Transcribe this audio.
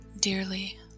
Dearly